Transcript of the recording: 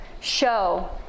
show